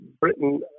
Britain